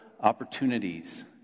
opportunities